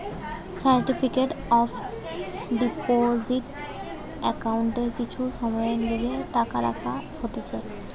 certificate of deposit একাউন্টে কিছু সময়ের লিগে টাকা রাখা হতিছে